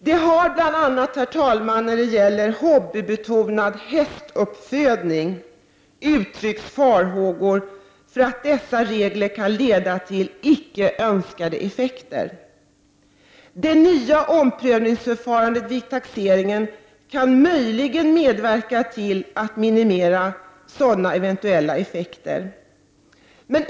Det har bl.a. när det gäller hobbybetonad hästuppfödning uttryckts farhågor för att dessa regler kan leda till icke önskade effekter. Det nya omprövningsförfarandet vid taxeringen kan möjligen medverka till att minimera sådana eventuella effekter.